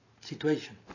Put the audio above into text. situation